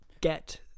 get